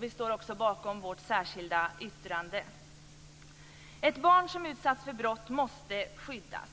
Vi står också bakom vårt särskilda yttrande. Ett barn som utsatts för brott måste skyddas.